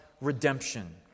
redemption